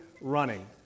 running